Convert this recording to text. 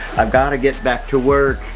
i've gotta get back to work,